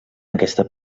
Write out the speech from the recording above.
aquesta